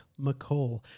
McCall